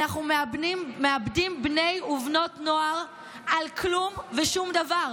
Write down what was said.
אנחנו מאבדים בני ובנות נוער על כלום ושום דבר,